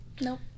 Nope